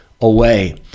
away